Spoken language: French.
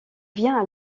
vient